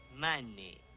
Money